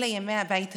אלה ימי הבית השלישי.